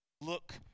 Look